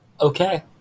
Okay